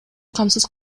камсыз